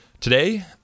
Today